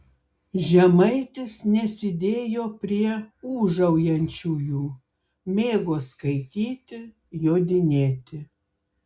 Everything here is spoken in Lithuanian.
žemaitis nesidėjo prie ūžaujančiųjų mėgo skaityti jodinėti